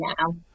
now